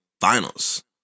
Finals